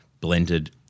blended